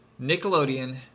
Nickelodeon